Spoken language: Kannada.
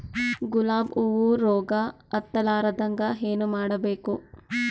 ಗುಲಾಬ್ ಹೂವು ರೋಗ ಹತ್ತಲಾರದಂಗ ಏನು ಮಾಡಬೇಕು?